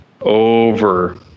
over